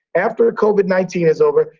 after covid nineteen is over,